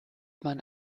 man